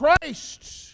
Christ